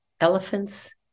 elephants